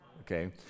Okay